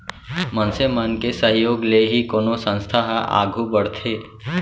मनसे मन के सहयोग ले ही कोनो संस्था ह आघू बड़थे